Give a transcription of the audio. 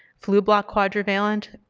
flublok quadrivalent,